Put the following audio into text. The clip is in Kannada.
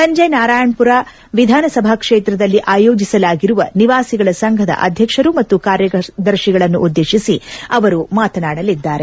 ಸಂಜೆ ನಾರಾಣಪುರ ವಿಧಾನಸಭಾ ಕ್ಷೇತ್ರದಲ್ಲಿ ಆಯೋಜಿಸಲಾಗಿರುವ ನಿವಾಸಿಗಳ ಸಂಘದ ಅಧ್ಯಕ್ಷರು ಮತ್ತು ಕಾರ್ಯದರ್ಶಿಗಳನ್ನುದ್ದೇಶಿಸಿ ಮಾತನಾಡಲಿದ್ದಾರೆ